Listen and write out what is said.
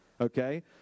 okay